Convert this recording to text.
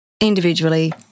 individually